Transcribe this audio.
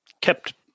kept